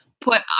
put